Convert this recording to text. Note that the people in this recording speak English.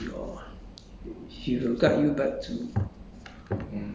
so if you have a good teacher 他们会 guide you back to your